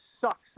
sucks